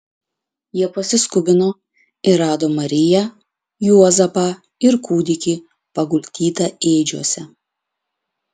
jie pasiskubino ir rado mariją juozapą ir kūdikį paguldytą ėdžiose